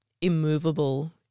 immovable